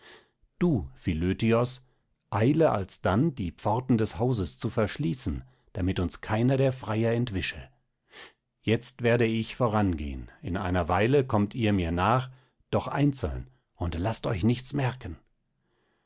du philötios eile alsdann die pforten des hauses zu verschließen damit uns keiner der freier entwische jetzt werde ich vorangehen in einer weile kommt mir nach doch einzeln und laßt euch nichts merken